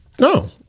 No